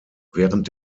während